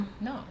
No